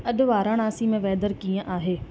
अॼु वाराणसी मे वेदर कीअं आहे